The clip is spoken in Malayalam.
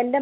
എൻ്റെ